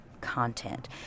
content